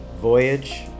voyage